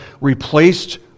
replaced